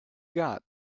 got